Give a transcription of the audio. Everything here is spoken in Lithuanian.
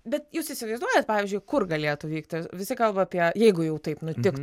bet jūs įsivaizduojat pavyzdžiui kur galėtų vykti visi kalba apie jeigu jau taip nutiktų